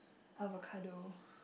avocado